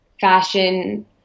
fashion